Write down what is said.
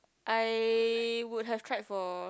I would have tried for